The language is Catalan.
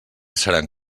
seran